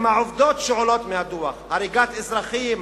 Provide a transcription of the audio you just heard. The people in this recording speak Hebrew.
עם העובדות שעולות מהדוח: הריגת אזרחים,